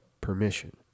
permission